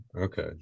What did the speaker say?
okay